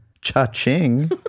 Cha-ching